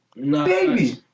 Baby